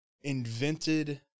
invented